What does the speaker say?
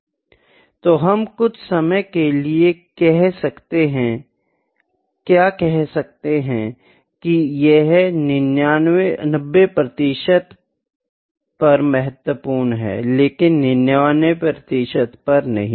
तो हम कुछ समय के लिए क्या कह सकते हैं कि यह 90 प्रतिशत पर महत्वपूर्ण है लेकिन 99 प्रतिशत नहीं